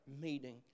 meeting